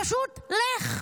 פשוט לך.